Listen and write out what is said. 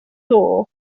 thaw